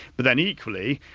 but then, equally,